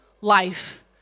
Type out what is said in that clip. life